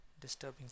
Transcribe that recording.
disturbing